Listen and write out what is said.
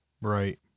Right